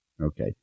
Okay